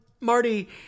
Marty